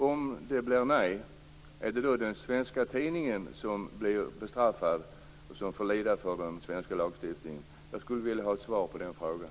Om svaret är nej, är det då den svenska tidningen som bestraffas och får lida enligt den svenska lagstiftningen? Jag skulle vilja ha ett svar på den frågan.